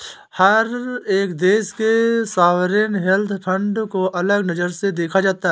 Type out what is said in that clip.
हर एक देश के सॉवरेन वेल्थ फंड को अलग नजर से देखा जाता है